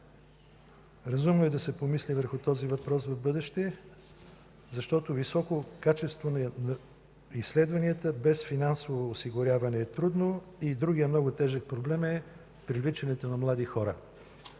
Разумно е да се помисли върху този въпрос в бъдеще, защото високо качество на изследванията без финансово осигуряване е трудно. Другият много важен проблем е привличането на млади хора.